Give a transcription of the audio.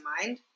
mind